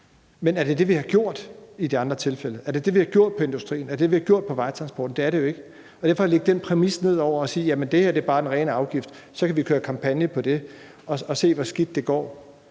Men er det det, vi har gjort i de andre tilfælde? Er det det, vi har gjort i industrien? Er det det, vi har gjort med vejtransporten? Det er det jo ikke. Derfor kan man ikke lægge den præmis ned over det og sige: Jamen det her er bare den rene afgift, og så kan vi køre kampagne på det og se, hvor skidt det går.